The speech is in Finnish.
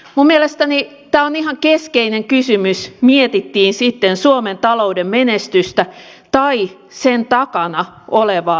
minun mielestäni tämä on ihan keskeinen kysymys mietittiin sitten suomen talouden menestystä tai sen takana olevaa arvomaailmaa